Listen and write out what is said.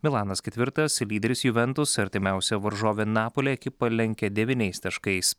milanas ketvirtas lyderis juventus artimiausią varžovę napoli ekipą lenkia devyniais taškais